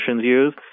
use